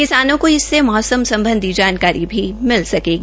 किसानों को इससे मौसम सम्बधी जानकारी भी मिल सकेगी